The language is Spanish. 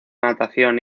natación